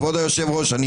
כבוד היושב-ראש,